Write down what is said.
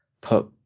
put